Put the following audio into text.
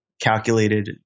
calculated